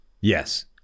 Yes